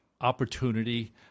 opportunity